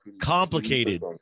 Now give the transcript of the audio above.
Complicated